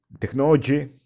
technology